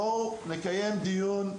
בואו נקיים דיון.